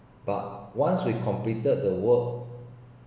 but once we completed the work